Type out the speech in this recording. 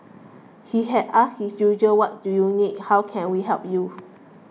he had asked his usual what do you need how can we help you